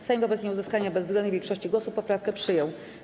Sejm wobec nieuzyskania bezwzględnej większości głosów poprawkę przyjął.